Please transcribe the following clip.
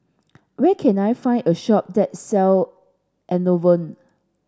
where can I find a shop that sell Enervon